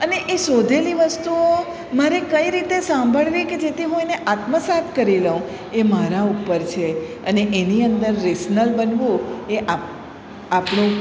અને એ શોધેલી વસ્તુઓ મારે કઈ રીતે સાંભળવી કે જેથી હું એને આત્મસાત્ કરી લઉં એ મારા ઉપર છે અને એની અંદર રેસનલ બનવું એ આપ આપણું